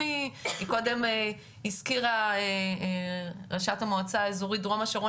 מקודם ראשת המועצה האזורית דרום השרון